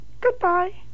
Goodbye